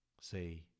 say